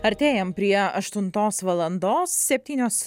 artėjam prie aštuntos valandos septynios